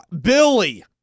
Billy